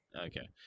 Okay